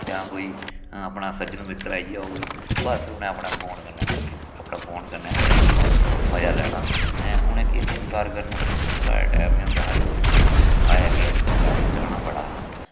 जां कोई अपना सज्जन मित्र आई गेआ होग बस उ'नें अपना फोन कन्नै मैसेज अपना फोन कन्नै गै मजा लैना ऐं उ'नें केह् संस्कार करने साढ़े टाईम एह् होंदा हा कि भाई चलो आया गेआ रिश्तेदारी च चाह्ना बड़ा हा